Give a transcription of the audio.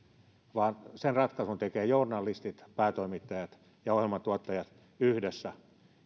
vaan sen ratkaisun tekevät journalistit päätoimittajat ja ohjelmatuottajat yhdessä